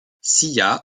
silla